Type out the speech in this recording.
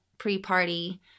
pre-party